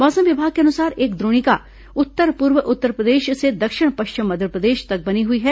मौसम विभाग के अनुसार एक द्रोणिका उत्तर पूर्व उत्तरप्रदेश से दक्षिण पश्चिम मध्यप्रदेश तक बनी हुई है